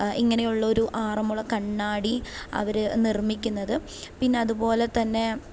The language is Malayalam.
ഇങ്ങനെയുള്ള ഒരു ആറമ്മുള കണ്ണാടി അവര് നിർമ്മിക്കുന്നത് പിന്നതുപോലെ തന്നെ